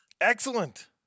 excellent